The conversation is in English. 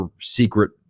secret